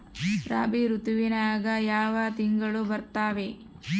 ರಾಬಿ ಋತುವಿನ್ಯಾಗ ಯಾವ ತಿಂಗಳು ಬರ್ತಾವೆ?